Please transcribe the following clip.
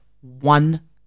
one